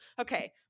Okay